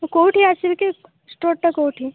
କେଉଁଠି ଆସିବି କି ଷ୍ଟୋରଟା କେଉଁଠି